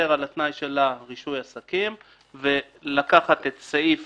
על התנאי של רישוי עסקים ולקחת את סעיף